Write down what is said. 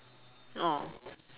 orh